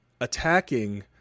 attacking